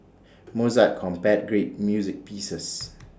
Mozart composed great music pieces